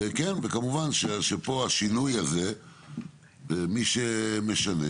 כמובן שמי שמשנה